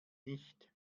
nicht